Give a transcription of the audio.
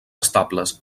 estables